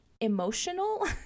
emotional